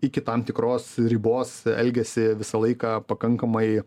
iki tam tikros ribos elgiasi visą laiką pakankamai